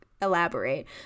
elaborate